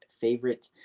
favorite